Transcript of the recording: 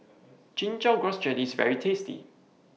Chin Chow Grass Jelly IS very tasty